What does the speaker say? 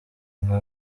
nka